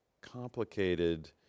complicated